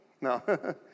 No